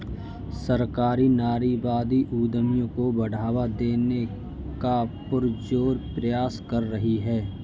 सरकार नारीवादी उद्यमियों को बढ़ावा देने का पुरजोर प्रयास कर रही है